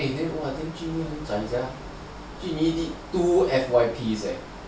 !wah! then jun yi damn zai sia he eighty two F_Y_P eh